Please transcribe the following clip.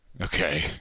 Okay